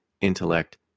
intellect